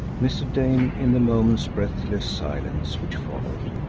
mr. dane, in the moment's breathless silence which followed,